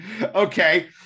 Okay